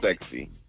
sexy